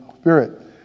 Spirit